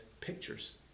pictures